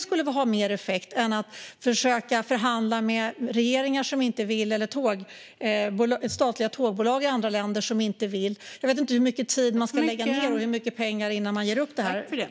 skulle ha mer effekt än att försöka förhandla med regeringar eller statliga tågbolag i andra länder som inte vill. Jag vet inte hur mycket tid och pengar man ska lägga ned innan man ger upp detta.